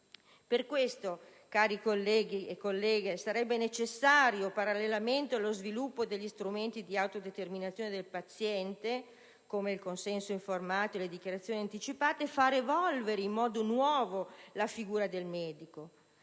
Per questo, cari colleghi e colleghe, parallelamente allo sviluppo degli strumenti di autodeterminazione del paziente (quali il consenso informato e le dichiarazioni anticipate), sarebbe necessario far evolvere in modo nuovo la figura del medico.